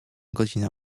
godzinę